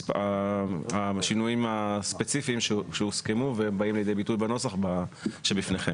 על השינויים הספציפיים שהוסכמו ובאים לידי ביטוי בנוסח שבפניכם.